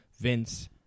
Vince